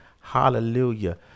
Hallelujah